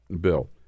bill